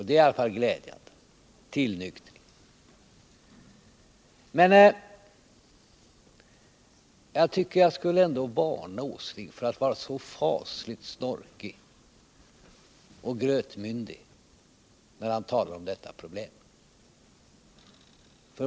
Det är i alla fall en glädjande tillnyktring. Men jag vill ändå varna herr Åsling för att vara så fasligt snorkig och grötmyndig när han talar om detta problem.